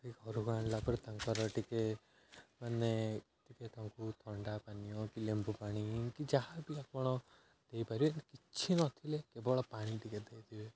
ଘରକୁ ଆଣିଲା ପରେ ତାଙ୍କର ଟିକିଏ ମାନେ ଟିକିଏ ତାଙ୍କୁ ଥଣ୍ଡା ପାନୀୟ କି ଲେମ୍ବୁ ପାଣି କି ଯାହା ବିି ଆପଣ ଦେଇପାରିବେ କିଛି ନଥିଲେ କେବଳ ପାଣି ଟିକିଏ ଦେଇଦେବେ